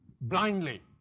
blindly